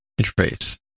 interface